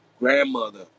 Grandmother